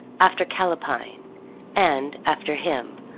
after, callapine and, after him,